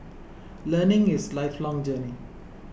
learning is lifelong journey